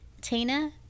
Tina